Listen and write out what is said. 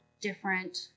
different